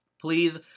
Please